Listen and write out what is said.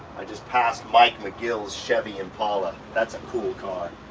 i just passed mike mcgill's chevy and paula, that's a cool car.